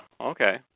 Okay